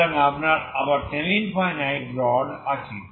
সুতরাং আপনার আবার সেমি ইনফাইনাইট রড আছে